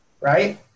Right